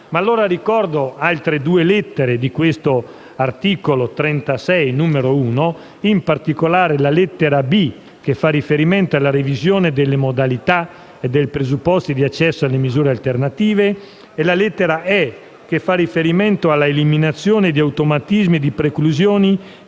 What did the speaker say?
avvenendo. Ricordo altre due lettere di questo articolo 36, comma 1, in particolare la lettera *b)*, che fa riferimento alla revisione delle modalità e dei presupposti di accesso alle misure alternative, e la lettera *e)*, che fa riferimento all'eliminazione di automatismi e di preclusioni